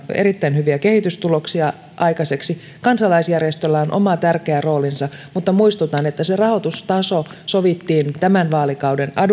erittäin hyviä kehitystuloksia aikaiseksi kansalaisjärjestöillä on oma tärkeä roolinsa mutta muistutan että se rahoitustaso sovittiin tämän vaalikauden